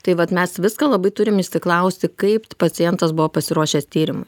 tai vat mes viską labai turim išsiklausti kaip pacientas buvo pasiruošęs tyrimui